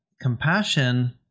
compassion